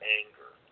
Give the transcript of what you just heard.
anger